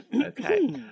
Okay